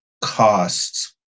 costs